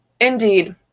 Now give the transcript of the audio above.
indeed